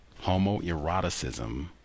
homoeroticism